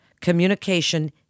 communication